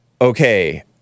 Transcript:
Okay